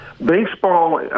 Baseball